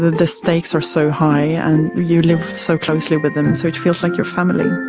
the stakes are so high, and you live so closely with them, and so it feels like you're family.